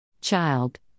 Child